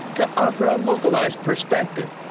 to offer a local ah perspective.